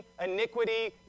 iniquity